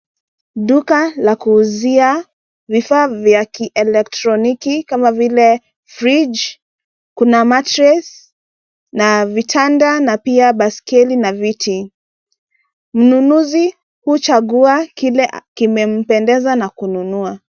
Duka la kuuzia vifaa vya kielekroniki kama vile fridge kuna matress na vitanda na pia baiskeli na viti. Mnunuzi huchagua kile kimempendeza na kununua.